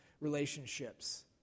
relationships